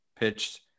pitched